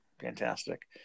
Fantastic